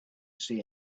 see